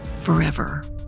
forever